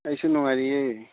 ꯑꯩꯁꯨ ꯅꯨꯡꯉꯥꯏꯔꯤꯌꯦ